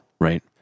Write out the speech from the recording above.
Right